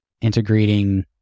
integrating